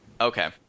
okay